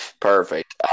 Perfect